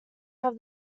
have